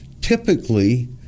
typically